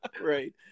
Right